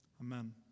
Amen